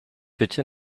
bitte